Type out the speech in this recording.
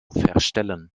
verstellen